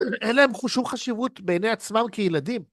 אין להם שום חשיבות בעיני עצמם כילדים.